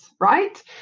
right